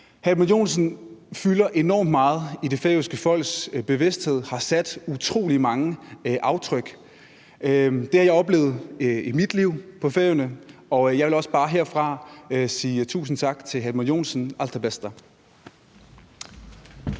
Edmund Joensen fylder enormt meget i det færøske folks bevidsthed og har sat utrolig mange aftryk. Det har jeg oplevet i mit liv på Færøerne, og jeg vil også bare herfra sige tusind tak til hr. Edmund Joensen. Alt tað besta.